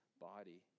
body